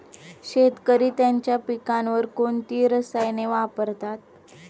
शेतकरी त्यांच्या पिकांवर कोणती रसायने वापरतात?